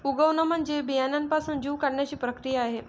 उगवण म्हणजे बियाण्यापासून जीव वाढण्याची प्रक्रिया आहे